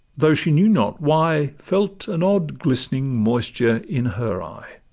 though she knew not why, felt an odd glistening moisture in her eye.